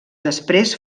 després